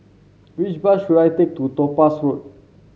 which bus should I take to Topaz Road